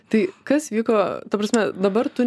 tai kas vyko ta prasme dabar tu